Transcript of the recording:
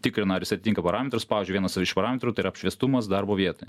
tikrina ar jis atitinka parametrus pavyzdžiui vienas iš parametrų tai yra apšviestumas darbo vietoj